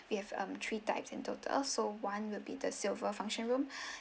we have um three types in total so one will be the silver function room